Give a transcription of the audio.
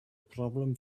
problem